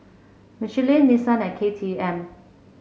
Michelin Nissan and K T M